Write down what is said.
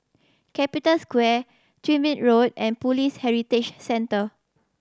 Capital Square Tyrwhitt Road and Police Heritage Centre